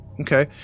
Okay